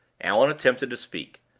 allan attempted to speak.